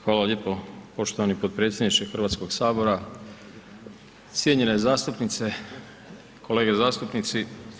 Hvala lijepo, poštovani potpredsjedniče Hrvatskoga sabora, cijenjene zastupnice, kolege zastupnici.